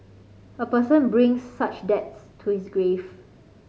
a person brings such debts to his grave